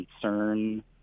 concern